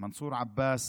מנסור עבאס,